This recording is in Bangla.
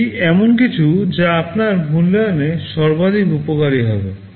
এটি এমন কিছু যা আপনার মূল্যায়নে সর্বাধিক উপকারী হবে